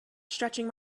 stretching